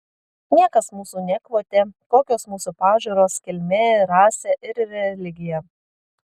niekas mūsų nekvotė kokios mūsų pažiūros kilmė rasė ir religija